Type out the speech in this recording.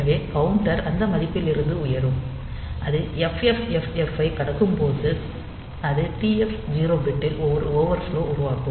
எனவே கவுண்டர் அந்த மதிப்பிலிருந்து உயரும் அது FFFF ஐக் கடக்கும்போது அது TF 0 பிட்டில் ஒரு ஓவர்ஃப்லோ உருவாக்கும்